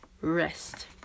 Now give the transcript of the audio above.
rest